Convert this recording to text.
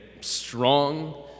strong